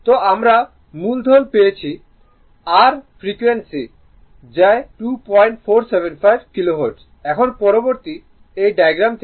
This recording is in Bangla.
তো আমরা মূলধন পেয়েছি R আমরা ফ্রিকোয়েন্সি পেয়েছি যে 2475 কিলোহার্টজ এখন পরবর্তী এই ডায়াগ্রাম থেকে